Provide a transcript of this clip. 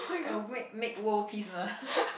oh wait make world peace